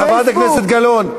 חברת הכנסת גלאון.